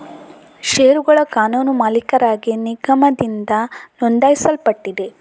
ಷೇರುಗಳ ಕಾನೂನು ಮಾಲೀಕರಾಗಿ ನಿಗಮದಿಂದ ನೋಂದಾಯಿಸಲ್ಪಟ್ಟಿದೆ